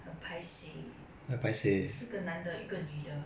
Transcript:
很 paiseh 四个男的一个女的